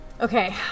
Okay